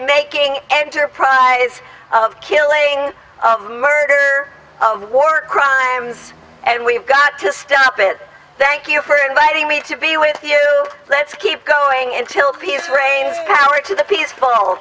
making enterprise of killing of the murder of war crimes and we've got to stop it thank you for inviting me to be with you let's keep going until peace reigns power to the peaceful